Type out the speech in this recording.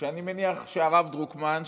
שאני מניח שהרב דרוקמן,